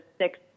six